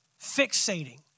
fixating